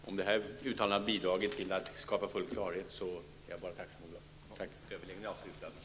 Herr talman! Om detta uttalande har bidragit till att skapa full klarhet är jag bara tacksam.